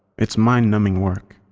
it's mind numbing work,